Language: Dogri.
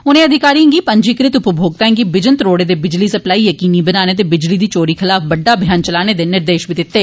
उनें अधिकारिए गी पंजीकृत उपभोक्ताएं गी बिजन त्रोडे दे बिजली सप्लाई यकीनी बनाने ते बिजली दी चोरी खिलाफ बड्डा अभियान चलाने दे निर्देश बी दिते